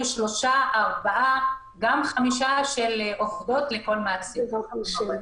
שלוש-ארבע-חמש בקשות של עובדות לכל מעסיק,